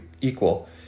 equal